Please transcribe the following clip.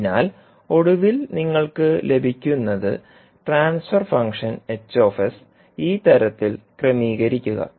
അതിനാൽ ഒടുവിൽ നിങ്ങൾക്ക് ലഭിക്കുന്നത് ട്രാൻസ്ഫർ ഫംഗ്ഷൻ ഈ തരത്തിൽ ക്രമീകരിക്കുക